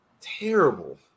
Terrible